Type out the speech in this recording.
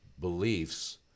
beliefs